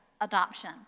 adoption